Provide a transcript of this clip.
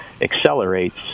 accelerates